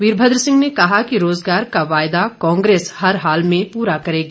वीरभद्र सिंह ने कहा कि रोजगार का वायदा कांग्रेस हर हाल में पूरा करेगी